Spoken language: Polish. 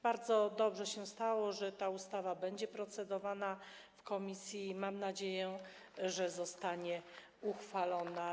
Bardzo dobrze się stało, że ta ustawa będzie procedowana w komisji, i mam nadzieję, że zostanie uchwalona.